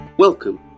Welcome